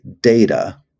data